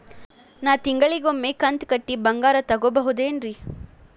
ನಾ ತಿಂಗಳಿಗ ಒಮ್ಮೆ ಕಂತ ಕಟ್ಟಿ ಬಂಗಾರ ತಗೋಬಹುದೇನ್ರಿ?